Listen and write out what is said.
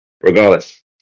regardless